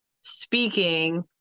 speaking